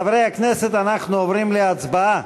חברי הכנסת, אנחנו עוברים להצבעה,